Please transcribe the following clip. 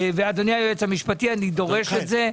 אני דורש את זה,